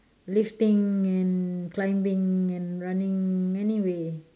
lifting and climbing and running any way